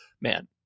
man